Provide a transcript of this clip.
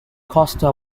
costa